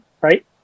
right